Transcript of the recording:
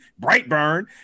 Brightburn